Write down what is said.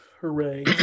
hooray